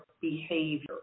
behavior